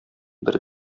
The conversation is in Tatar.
бер